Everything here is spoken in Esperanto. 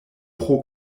pro